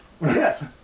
Yes